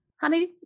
Honey